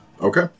Okay